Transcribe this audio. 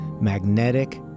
magnetic